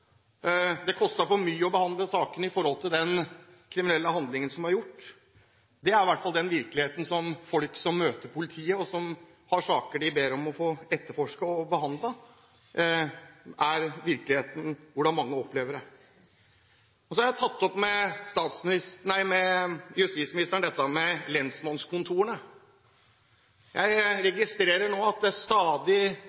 Det koster for mye å behandle saken i forhold til den kriminelle handlingen som er begått. Det er i hvert fall den virkeligheten som folk som møter politiet, og som har saker de ber om å få etterforsket og behandlet, opplever. Så har jeg tatt opp med justisministeren dette med lensmannskontorene. Jeg